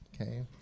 Okay